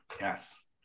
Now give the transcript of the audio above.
yes